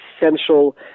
essential